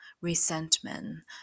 resentment